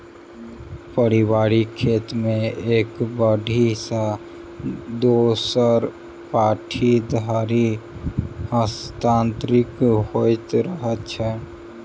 पारिवारिक खेत एक पीढ़ी सॅ दोसर पीढ़ी धरि हस्तांतरित होइत रहैत छै